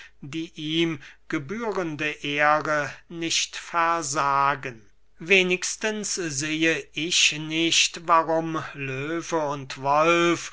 die ihm gebührende ehre nicht versagen wenigstens sehe ich nicht warum löwe und